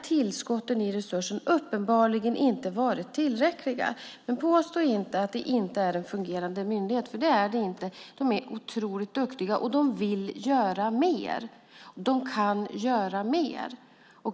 Tillskotten av resurserna har uppenbarligen inte varit tillräckliga. Men påstå inte att det inte är en fungerande myndighet! Så är det inte. De är otroligt duktiga. De vill göra mer. De kan göra mer.